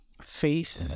faith